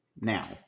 Now